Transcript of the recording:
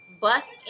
bust